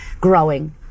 growing